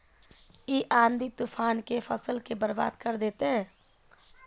इ आँधी तूफान ते फसल के बर्बाद कर देते?